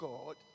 God